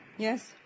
Yes